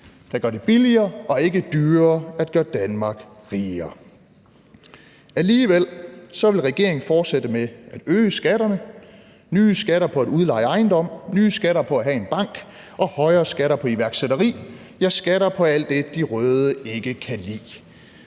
der gør det billigere og ikke dyrere at gøre Danmark rigere. Alligevel vil regeringen fortsætte med at øge skatterne: nye skatter på at udleje ejendom, nye skatter på at have en bank og højere skatter på iværksætteri, ja, skatter på alt det, de røde ikke kan lide.